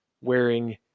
wearing